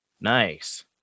Nice